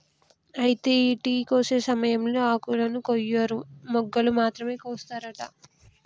అయితే టీ కోసే సమయంలో ఆకులను కొయ్యరు మొగ్గలు మాత్రమే కోస్తారట